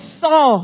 saw